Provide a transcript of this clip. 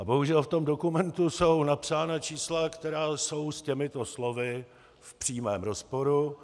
Bohužel v tom dokumentu jsou napsána čísla, která jsou s těmito slovy v přímém rozporu.